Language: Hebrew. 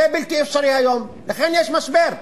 בלתי אפשרי היום, ולכן יש משבר.